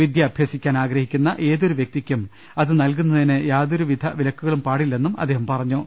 വിദ്യ അഭ്യസിക്കാൻ ആഗ്രഹിക്കുന്ന ഏതൊരു വ്യക്തിക്കും അത് നൽകു ന്നതിന് യാതൊരു വിധ വിലക്കുകളും പാടില്ലെന്നും അദ്ദേഹം പറഞ്ഞു